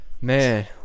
Man